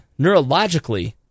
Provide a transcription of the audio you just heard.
neurologically –